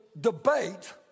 debate